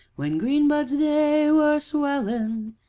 when green buds they were swellin',